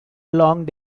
long